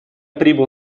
прибыл